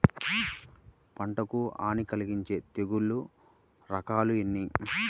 పంటకు హాని కలిగించే తెగుళ్ల రకాలు ఎన్ని?